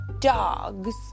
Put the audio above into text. dogs